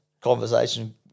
Conversation